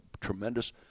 tremendous